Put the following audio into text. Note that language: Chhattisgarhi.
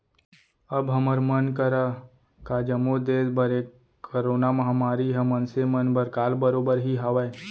अब हमर मन करा का जम्मो देस बर ए करोना महामारी ह मनसे मन बर काल बरोबर ही हावय